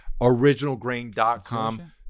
originalgrain.com